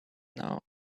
now